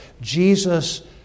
Jesus